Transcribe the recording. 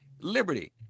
liberty